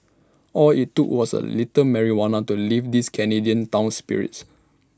all IT took was A little marijuana to lift this Canadian town's spirits